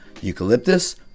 eucalyptus